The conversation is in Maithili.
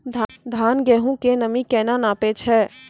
धान, गेहूँ के नमी केना नापै छै?